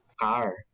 car